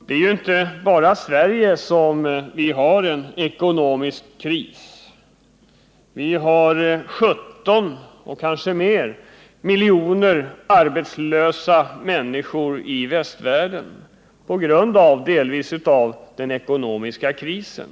Det är inte bara Sverige som har en ekonomisk kris. Vi har 17 miljoner — eller kanske flera — arbetslösa människor i västvärlden, delvis på grund av den ekonomiska krisen.